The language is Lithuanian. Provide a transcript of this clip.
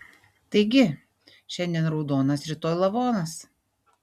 taigi šiandien raudonas rytoj lavonas